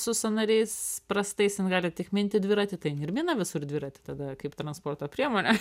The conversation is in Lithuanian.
su sąnariais prastai jis ten gali tik minti dviratį tai ir mina visur dviratį tada kaip transporto priemonę